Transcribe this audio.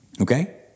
okay